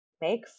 make